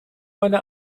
meine